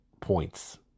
points